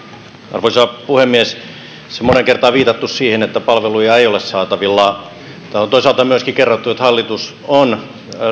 arvoisa puhemies tässä on moneen kertaan viitattu siihen että palveluja ei ole saatavilla täällä on toisaalta myöskin kerrottu että hallitus on